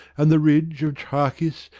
and the ridge of trachis,